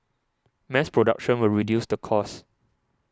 mass production will reduce the cost